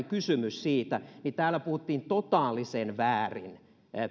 kysymys niin täällä puhuttiin totaalisen väärin